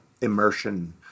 immersion